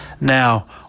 Now